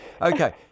Okay